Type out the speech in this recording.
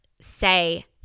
say